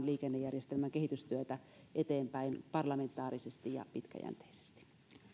liikennejärjestelmän kehitystyötä eteenpäin parlamentaarisesti ja pitkäjänteisesti